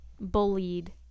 bullied